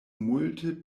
multe